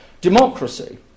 democracy